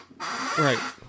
Right